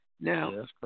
Now